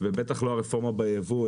ובטח לא הרפורמה ביבוא,